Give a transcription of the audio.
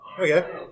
Okay